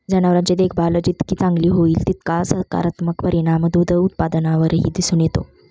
जनावरांची देखभाल जितकी चांगली होईल, तितका सकारात्मक परिणाम दूध उत्पादनावरही दिसून येतो